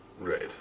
Right